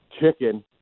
Chicken